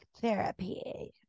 therapy